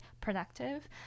productive